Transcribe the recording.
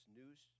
news